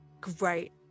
great